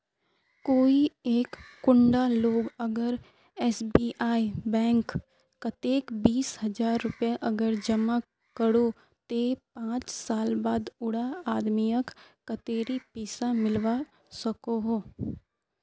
कोई एक कुंडा लोग अगर एस.बी.आई बैंक कतेक बीस हजार रुपया अगर जमा करो ते पाँच साल बाद उडा आदमीक कतेरी पैसा मिलवा सकोहो?